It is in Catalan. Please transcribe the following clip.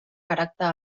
caràcter